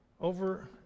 Over